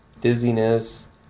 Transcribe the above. dizziness